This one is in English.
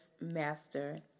Master